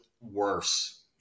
worse